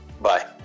Bye